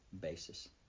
basis